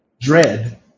dread